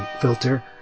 filter